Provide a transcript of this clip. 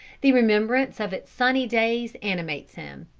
the remembrance of its sunny days animates him,